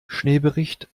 schneebericht